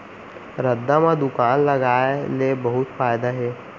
रद्दा म दुकान लगाय ले बहुत फायदा हे